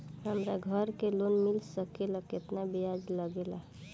हमरा घर के लोन मिल सकेला केतना ब्याज लागेला?